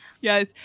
Yes